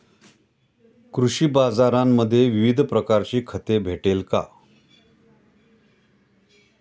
कृषी बाजारांमध्ये विविध प्रकारची खते भेटेल का?